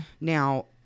Now